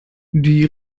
die